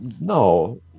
no